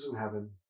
heaven